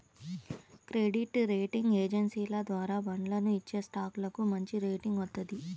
credit rating ఏజెన్సీల ద్వారా బాండ్లను ఇచ్చేస్టాక్లకు మంచిరేటింగ్ వత్తది